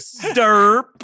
Derp